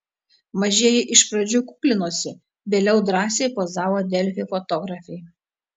mažieji iš pradžių kuklinosi vėliau drąsiai pozavo delfi fotografei